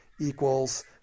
equals